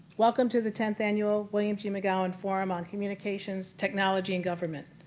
welcome to the tenth annual william g. mcgowan forum on communications, technology and government.